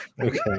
Okay